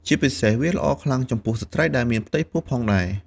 ជាពិសេសវាល្អខ្លាំងចំពោះស្រ្តីដែលមានផ្ទៃពោះផងដែរ។